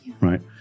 right